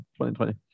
2020